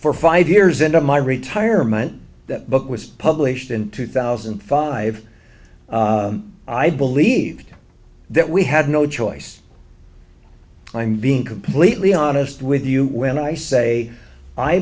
for five years into my retirement the book was published in two thousand and five i believed that we had no choice i'm being completely honest with you when i say i